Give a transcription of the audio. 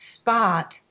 spot